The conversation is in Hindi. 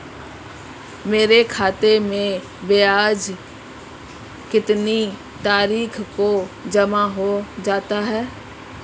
मेरे खाते में ब्याज कितनी तारीख को जमा हो जाता है?